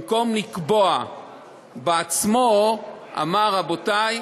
במקום לקבוע בעצמו אמר: רבותי,